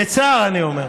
בצער אני אומר,